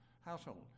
household